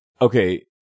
okay